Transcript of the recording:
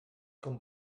com